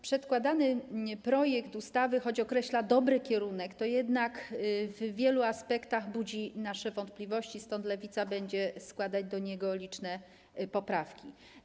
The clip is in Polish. Przedkładany projekt ustawy, choć określa dobry kierunek, to jednak w wielu aspektach budzi nasze wątpliwości, stąd Lewica będzie składać do niego liczne poprawki.